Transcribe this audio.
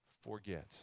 forget